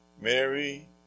Mary